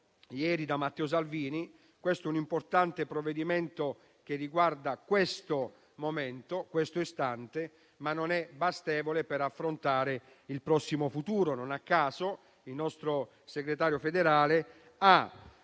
ieri da Matteo Salvini, questo è un importante provvedimento, che riguarda questo momento, questo istante, ma non è bastevole per affrontare il prossimo futuro. Non a caso, il nostro segretario federale ha